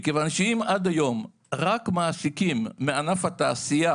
אם עד היום רק מעסיקים מענף התעשייה,